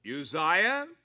Uzziah